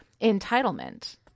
entitlement